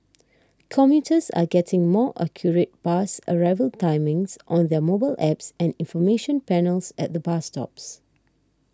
commuters are getting more accurate bus arrival timings on their mobile apps and information panels at the bus stops